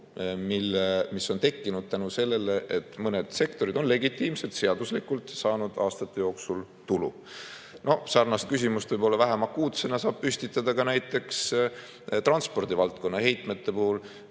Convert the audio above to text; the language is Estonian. mis on tekkinud selle tõttu, et mõned sektorid on – legitiimselt, seaduslikult – saanud aastate jooksul tulu? Sarnase küsimuse, küll võib-olla vähem akuutsena, saab püstitada ka näiteks transpordivaldkonna heitmete puhul.